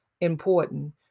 important